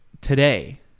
today